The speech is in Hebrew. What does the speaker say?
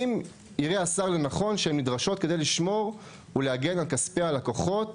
אם יראה השר לנכון שהן נדרשות כדי לשמור ולהגן על כספי הלקוחות,